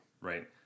right